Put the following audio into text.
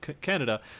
Canada